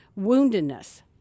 woundedness